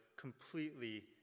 completely